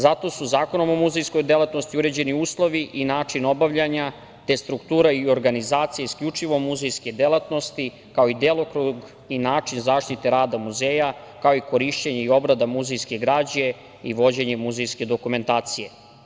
Zato su Zakonom o muzejskoj delatnosti uređeni uslovi i način obavljanja, te struktura i organizacija isključivo muzejske delatnosti, kao i delokrug i način zaštite rada muzeja, kao i korišćenje i obrada muzejske građe i vođenje muzejske dokumentacije.